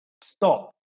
stop